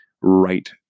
right